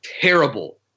terrible